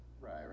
right